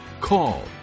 call